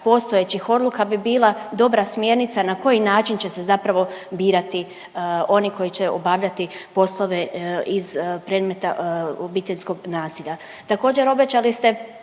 postojećih odluka bi bila dobra smjernica na koji način će se zapravo birati oni koji će obavljati poslove iz predmeta obiteljskog nasilja. Također obećali ste